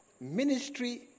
ministry